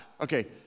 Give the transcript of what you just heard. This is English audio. Okay